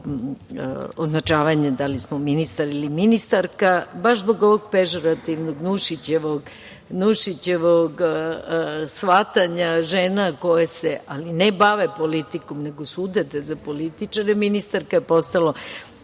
označavanje da li smo ministar ili ministarka, baš zbog ovog pežorativnog Nušićevog shvatanja žena koje se ne bave politikom, nego su udate za političare, ministarka je postalo